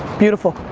beautiful.